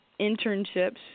internships